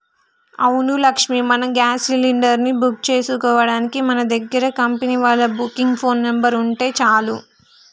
అవును లక్ష్మి మనం gas cylinder ని బుక్ చేసుకోవడానికి మన దగ్గర కంపెనీ వాళ్ళ బుకింగ్ ఫోన్ నెంబర్ ఉంటే చాలు